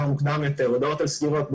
בקושי מקבלים הודעות על סגירות.